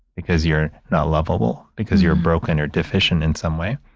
because you're not lovable, because you're broken or deficient in some way.